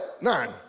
nine